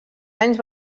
anys